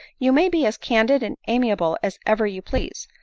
you may be as candid and amiable as ever you please,